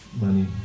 money